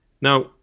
Now